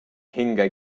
hinge